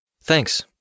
Thanks